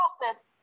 process